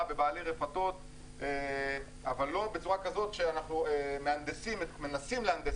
בבעלי רפתות אבל לא בצורה כזאת שאנחנו מנסים להנדס